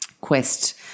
quest